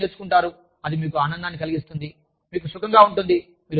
మీరు ఏదో నేర్చుకుంటారు అది మీకు ఆనందాన్ని కలిగిస్తుంది మీకు సుఖంగా ఉంటుంది